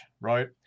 right